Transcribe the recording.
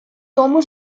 тому